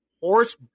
horse